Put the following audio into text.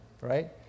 right